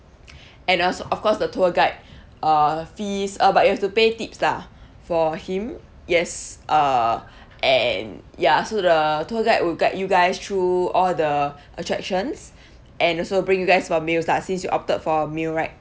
and also of course the tour guide uh fees uh but you have to pay tips lah for him yes uh and ya so the tour guide will guide you guys through all the attractions and also bring you guys for meals lah since you opted for a meal right